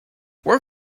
where